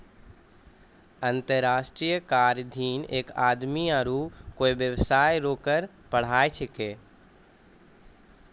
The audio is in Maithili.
अंतर्राष्ट्रीय कराधीन एक आदमी आरू कोय बेबसाय रो कर पर पढ़ाय छैकै